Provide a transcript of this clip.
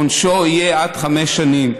עונשו יהיה עד חמש שנים.